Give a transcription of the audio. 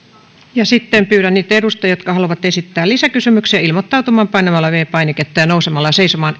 siitä sitten pyydän niitä edustajia jotka haluavat esittää lisäkysymyksiä ilmoittautumaan painamalla viides painiketta ja nousemalla seisomaan